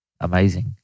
amazing